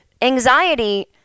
Anxiety